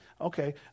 Okay